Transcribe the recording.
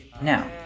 Now